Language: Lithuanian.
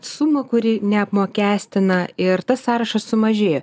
sumą kuri neapmokestina ir tas sąrašas sumažėjo